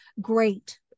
great